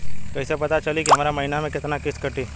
कईसे पता चली की हमार महीना में कितना किस्त कटी?